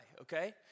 okay